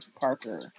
Parker